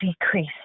decrease